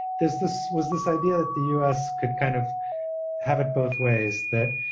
this this was this idea that the us could kind of have it both ways that,